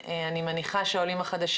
אני רוצה לדבר על משהו משאוד מאוד חשוב